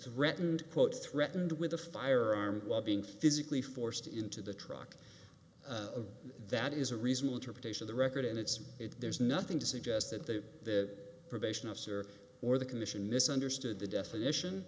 threatened quote threatened with a firearm while being physically forced into the truck that is a reasonable interpretation of the record and it's there's nothing to suggest that the probation officer or the commission misunderstood the definition